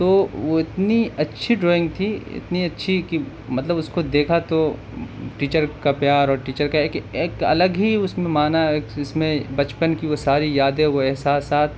تو وہ اتنی اچھی ڈرائنگ تھی اتنی اچھی کہ مطلب اس کو دیکھا تو ٹیچر کا پیار اور ٹیچر کا ایک ایک الگ ہی اس میں معنی ایک اس میں بچپن کی وہ ساری یادیں وہ احساسات